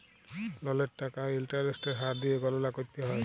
ললের টাকা আর ইলটারেস্টের হার দিঁয়ে গললা ক্যরতে হ্যয়